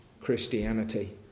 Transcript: Christianity